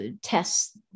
tests